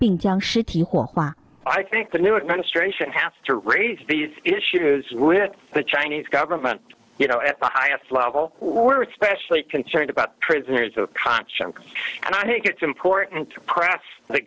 being junk shit i think the new administration has to raise these issues where the chinese government you know at the highest level we're especially concerned about prisoners of conscience and i think it's important to press the